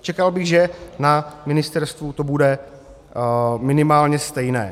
čekal bych, že na ministerstvu to bude minimálně stejné.